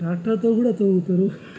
ట్రాక్టర్తో కూడ తవ్వుతారు